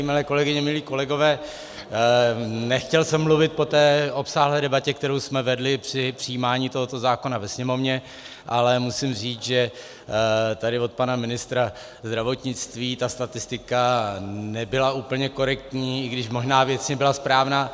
Milé kolegyně, milí kolegové, nechtěl jsem mluvit po té obsáhlé debatě, kterou jsme vedli při přijímání tohoto zákona ve Sněmovně, ale musím říct, že tady od pana ministra zdravotnictví ta statistika nebyla úplně korektní, i když možná věcně byla správná.